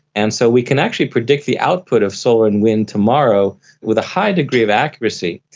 and so we can actually predict the output of solar and wind tomorrow with a high degree of accuracy.